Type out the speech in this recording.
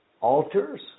Altars